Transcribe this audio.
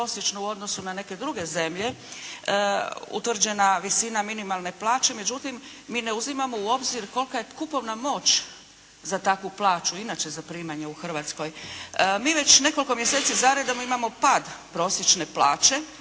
u odnosu na neke druge zemlje, utvrđena visina minimalne plaće. Međutim mi ne uzimamo u obzir kolika je kupovna moć za takvu plaću i inače za primanja u Hrvatskoj. Mi već nekoliko mjeseci za redom imamo pad prosječne plaće,